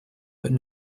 but